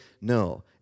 No